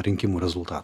rinkimų rezultatų